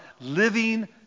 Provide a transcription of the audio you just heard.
Living